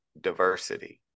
diversity